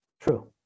True